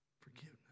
Forgiveness